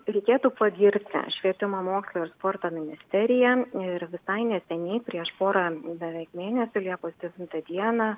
reikėtų pagirti švietimo mokslo ir sporto ministeriją ir visai neseniai prieš porą beveik mėnesį liepos devintą dieną